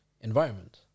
environment